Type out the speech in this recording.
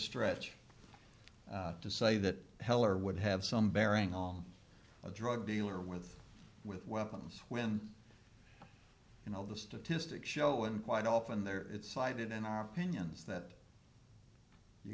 stretch to say that heller would have some bearing on a drug dealer with with weapons when you know the statistics show and quite often they're it's cited in our opinions that you